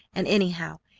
and, anyhow,